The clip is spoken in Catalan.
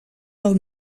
del